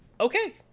okay